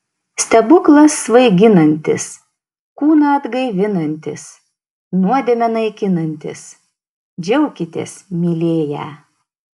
stebuklas svaiginantis kūną atgaivinantis nuodėmę naikinantis džiaukitės mylėję